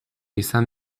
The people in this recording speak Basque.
izan